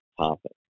topic